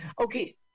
Okay